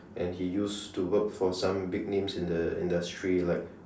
and he used to work for some big names in the industry like